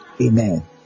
Amen